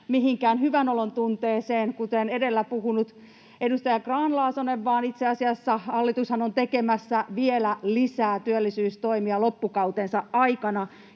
mihinkään hyvänolontunteeseen, kuten edellä puhunut edustaja Grahn-Laasonen, vaan itse asiassa hallitushan on tekemässä vielä lisää työllisyystoimia loppukautensa aikana,